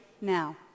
now